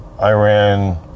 Iran